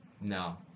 No